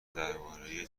درباره